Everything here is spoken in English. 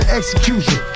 execution